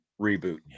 reboot